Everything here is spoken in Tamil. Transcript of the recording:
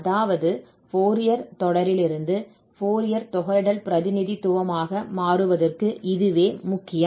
அதாவது ஃபோரியர் தொடரிலிருந்து ஃபோரியர் தொகையிடல் பிரதிநிதித்துவமாக மாறுவதற்கு இதுவே முக்கியம்